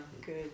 good